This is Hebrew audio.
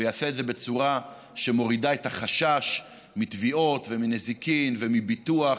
ויעשה את זה בצורה שמורידה את החשש מתביעות ומנזיקין ומביטוח.